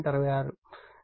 66o